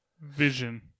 vision